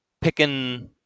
picking